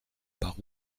par